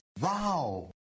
Wow